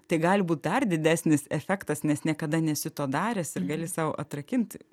tai gali būt dar didesnis efektas nes niekada nesi to daręs ir gali sau atrakinti